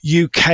uk